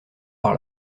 par